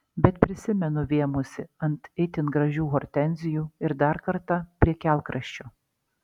bet prisimenu vėmusi ant itin gražių hortenzijų ir dar kartą prie kelkraščio